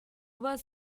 was